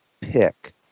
pick